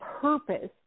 purpose